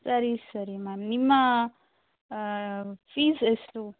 ಸರಿ ಸರಿ ಮ್ಯಾಮ್ ನಿಮ್ಮ ಫೀಸ್ ಎಷ್ಟು